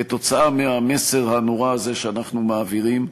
בגלל המסר הנורא הזה שאנחנו מעבירים.